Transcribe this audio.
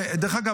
דרך אגב,